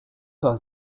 was